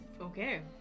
Okay